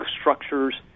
structures